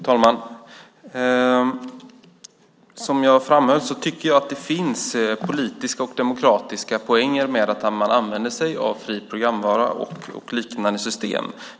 Fru talman! Som jag framhöll tycker jag att det finns politiska och demokratiska poänger med att man använder sig av fri programvara och liknande system.